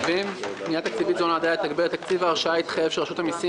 פנייה תקציבית זו נועדה לתגבר את תקציב ההרשאה להתחייב של רשות המסים